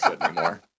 anymore